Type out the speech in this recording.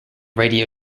radio